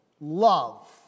love